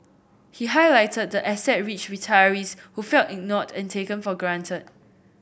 he highlighted the asset rich retirees who felt ignored and taken for granted